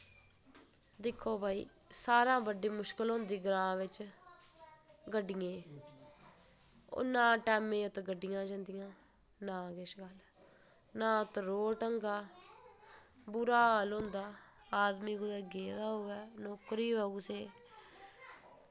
दिक्खो भई सारें शा बड्डी मुश्कल होंदी ग्रांऽ बिच गड्डियें ओह् ना टैमें दे उत्त गड्डियां जंदियां ना किश गल्ल ना उत्त रोड़ ढंगै दा बुरा हाल होंदा आदमी कुदै गेदा होऐ नौकरी होऐ कुसै दी